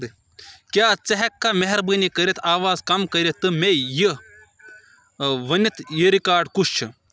کیٛاہ ژٕ ہٮ۪کھا مہربٲنی کٔرِتھ آواز کم کٔرِتھ تہٕ مےٚ یہِ ؤنِتھ یہِ ریکاڈ کُس چھُ؟